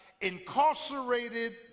incarcerated